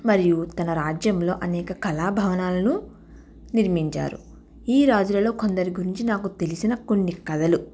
మరియు తన రాజ్యంలో అనేక కళా భవనాలను నిర్మించారు ఈ రాజులలో కొందరి గురించి నాకు తెలిసిన కొన్ని కథలు